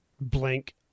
Blank